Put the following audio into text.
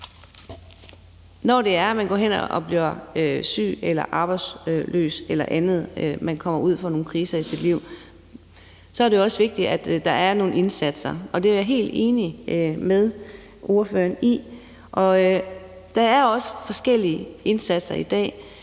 at når man går hen og bliver syg, arbejdsløs eller andet eller man kommer ud for nogle kriser i sit liv, så er der nogle indsatser, og det er jeg helt enig med ordføreren i. Der er også forskellige indsatser i dag,